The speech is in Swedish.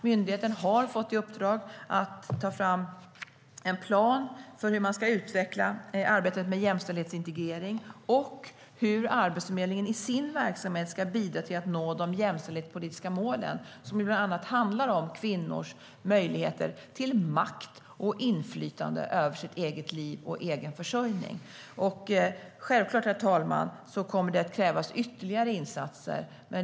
Myndigheten har fått i uppdrag att ta fram en plan för hur man ska utveckla arbetet med jämställdhetsintegrering och hur Arbetsförmedlingen i sin verksamhet ska bidra till att nå de jämställdhetspolitiska målen, som bland annat handlar om kvinnors möjligheter till makt och inflytande över sitt eget liv och sin egen försörjning. Självklart, herr talman, kommer det att krävas ytterligare insatser.